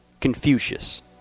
Confucius